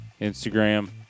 Instagram